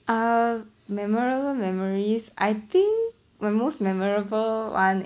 uh memorable memories I think my most memorable one